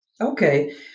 Okay